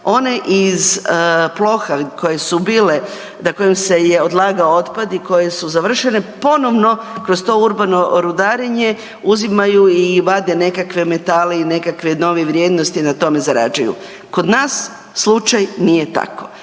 One iz ploha koje su bile na kojem se je odlagao otpad i koje su završene, ponovno kroz to urbano rudarenje uzimaju i vade nekakve metale i nekakve nove vrijednosti i na tome zarađuju. Kod nas slučaj nije tako,